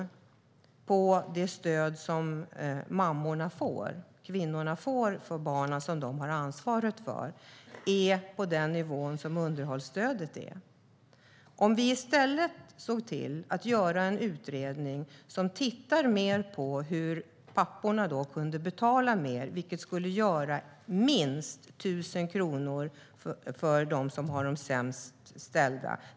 Det stöd som mammorna och kvinnorna får för de barn de har ansvar för ligger på samma nivå som underhållsstödet. I stället kan vi se till att göra en utredning som tittar mer på hur papporna kan betala mer, vilket skulle göra minst 1 000 kronor för dem som har det sämst ställt.